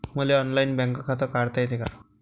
मले online bank खाते काढता येते का?